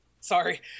sorry